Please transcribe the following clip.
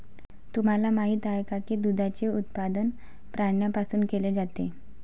तुम्हाला माहित आहे का की दुधाचे उत्पादन प्राण्यांपासून केले जाते?